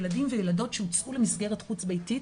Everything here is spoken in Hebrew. ילדים וילדות שהוצאו למסגרת חוץ ביתית